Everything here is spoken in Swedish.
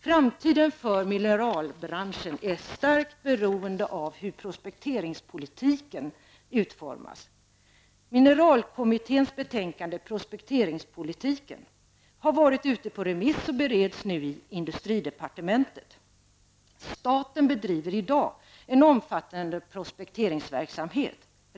Framtiden för mineralbranschen är starkt beroende av hur prospekteringspolitiken utformas. Prospekteringspolitiken har varit ute på remiss och bereds nu i industridepartementet. Staten bedriver i dag en omfattande prospekteringsverksamhet.